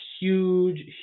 huge